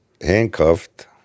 handcuffed